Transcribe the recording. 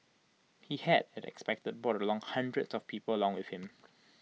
he had as expected brought along hundreds of people along with him